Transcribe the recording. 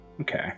Okay